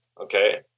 okay